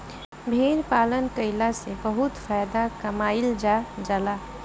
भेड़ पालन कईला से बहुत फायदा कमाईल जा जाला